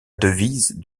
devise